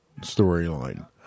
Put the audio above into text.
storyline